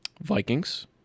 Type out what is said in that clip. Vikings